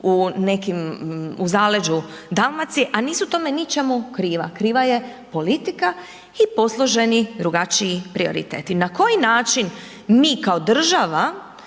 u nekim, u zaleđu Dalmacije a nisu tome ničemu kriva, kriva je politika i posloženi drugačiji prioriteti. Na koji način mi kao država